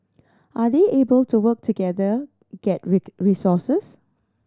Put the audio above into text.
are they able to work together get resources